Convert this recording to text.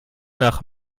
nach